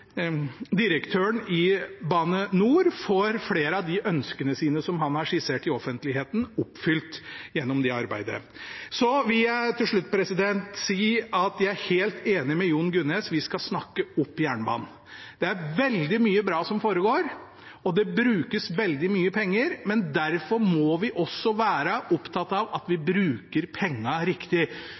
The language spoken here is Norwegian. direktøren i Bane NOR får flere av de ønskene som han har skissert i offentligheten, oppfylt gjennom det arbeidet. Jeg vil til slutt si at jeg er helt enig med Jon Gunnes – vi skal snakke opp jernbanen. Det er veldig mye bra som foregår, og det brukes veldig mye penger, men derfor må vi også være opptatt av at vi bruker pengene riktig.